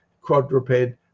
quadruped